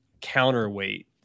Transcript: counterweight